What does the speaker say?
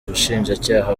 ubushinjacyaha